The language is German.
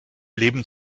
leben